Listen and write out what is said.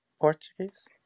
portuguese